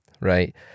Right